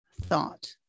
thought